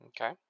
Okay